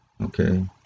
Okay